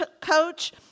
coach